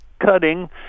cutting